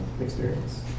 experience